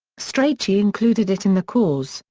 strachey included it in the cause,